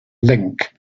link